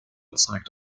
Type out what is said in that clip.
zeigt